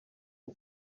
uri